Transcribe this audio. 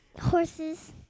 Horses